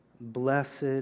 blessed